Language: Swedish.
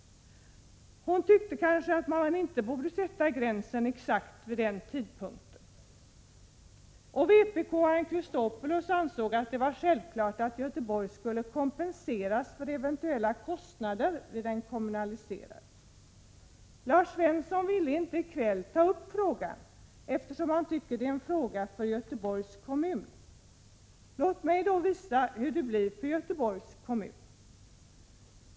Hon tyckte att man inte borde sätta gränsen exakt vid denna tidpunkt, och vpk:s Alexander Chrisopoulos ansåg att det var självklart att Göteborg skulle kompenseras för eventuella kostnader vid en kommunalisering. Lars Svensson ville inte i kväll ta upp frågan, eftersom han tyckte att det skulle vara en fråga för Göteborgs kommun. Låt mig då visa hur det blir för Göteborgs kommun.